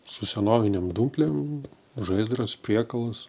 su senovinėm dumplėm žaizdras priekalas